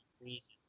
reason